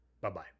Bye-bye